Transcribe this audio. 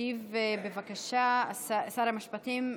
ישיב בבקשה שר המשפטים,